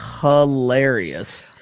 hilarious